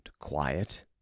quiet